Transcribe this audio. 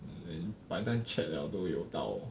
then by then chat liao 都有到